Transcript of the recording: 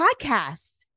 Podcast